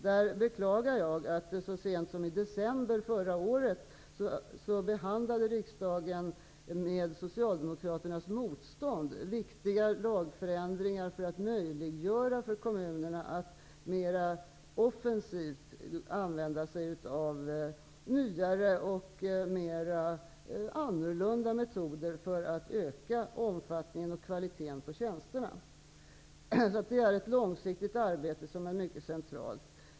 Jag beklagar att Socialdemokraterna så sent som i december förra året motarbetade i riksdagen viktiga lagändringar för att möjliggöra för kommunerna att mera offensivt använda sig av nyare och mera annorlunda metoder för att öka omfattningen och kvaliteten på tjänsterna. Det är ett långsiktigt arbete som är mycket centralt.